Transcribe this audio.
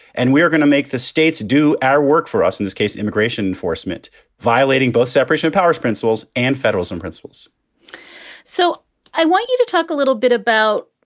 and we are gonna make the states do our work for us in this case, immigration enforcement violating both separation of powers principles and federalism principles so i want you to talk a little bit about.